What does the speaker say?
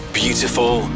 beautiful